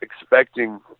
expecting